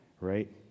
right